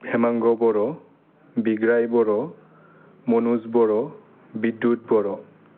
हेमांग' बर' बिग्राय बर' मनज बर' बिदुद बर'